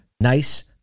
nice